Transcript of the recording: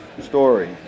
story